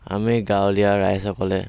আমি গাঁৱলীয়া ৰাইজসকলে